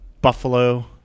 Buffalo